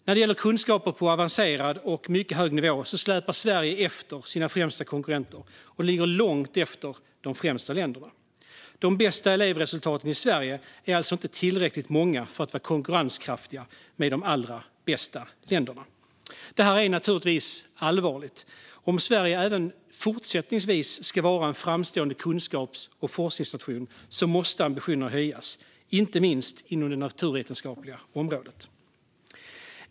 När det gäller kunskaper på avancerad och mycket hög nivå släpar Sverige efter sina främsta konkurrenter och ligger långt efter de främsta länderna. De bästa elevresultaten i Sverige är alltså inte tillräckligt många för att vara konkurrenskraftiga gentemot de allra bästa länderna. Det här är naturligtvis allvarligt, och om Sverige även fortsättningsvis ska vara en framstående kunskaps och forskningsnation måste ambitionerna höjas, inte minst inom det naturvetenskapliga området.